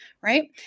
right